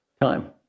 time